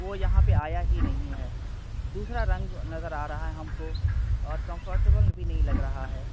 وہ یہاں پہ آیا ہی نہیں ہے دوسرا رنگ نظر آ رہا ہے ہم کو اور کمفرٹیبل بھی نہیں لگ رہا ہے